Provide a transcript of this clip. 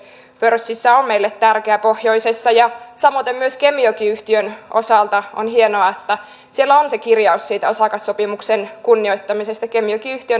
pörssissä on meille tärkeää pohjoisessa samoin myös kemijoki yhtiön osalta on hienoa että siellä on se kirjaus siitä osakassopimuksen kunnioittamisesta kemijoki